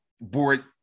board